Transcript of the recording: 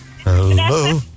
hello